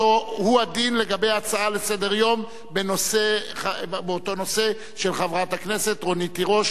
הוא הדין לגבי הצעה לסדר-היום באותו נושא של חברת הכנסת רונית תירוש,